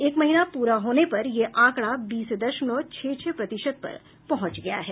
एक महीना पूरा होने पर ये आंकड़ा बीस दशमलव छह छह प्रतिशत पर पहुंच गया है